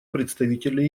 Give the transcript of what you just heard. представителя